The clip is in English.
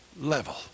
level